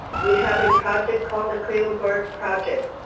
we have a project called a cradleboard project.